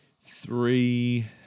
three